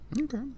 Okay